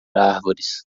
árvores